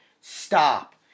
stop